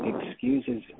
excuses